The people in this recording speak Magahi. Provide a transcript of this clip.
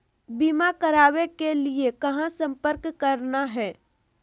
बीमा करावे के लिए कहा संपर्क करना है?